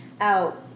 out